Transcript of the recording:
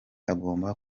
agomba